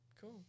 Cool